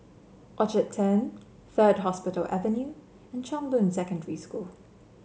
Orchard Turn Third Hospital Avenue and Chong Boon Secondary School